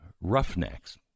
roughnecks